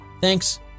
thanks